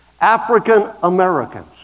African-Americans